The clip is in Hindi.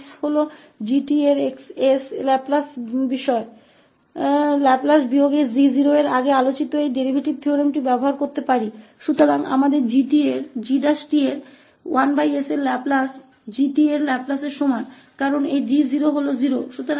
इसलिए हम इस डेरीवेटिव प्रमेय का उपयोग कर सकते हैं जिसकी चर्चा अभी पहले की गई थी कि 𝑔′ 𝑡 का लाप्लास g𝑡 का लाप्लास है जो g से घटा है